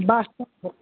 बास्साभोग